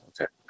okay